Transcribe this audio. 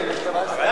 תודה רבה.